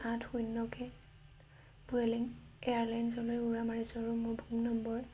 আঠ শূন্য কে উয়েলিং এয়াৰলাইনছলৈ উৰা মাৰিছোঁ আৰু মোৰ বুকিং নম্বৰ